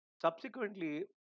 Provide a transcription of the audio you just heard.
Subsequently